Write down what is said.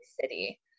city